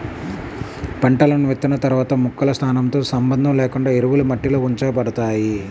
పంటలను విత్తిన తర్వాత మొక్కల స్థానంతో సంబంధం లేకుండా ఎరువులు మట్టిలో ఉంచబడతాయి